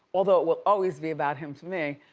although it will always be about him to me.